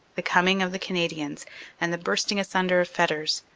the coming of the canadians and the bursting asunder of fetters,